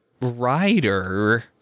Rider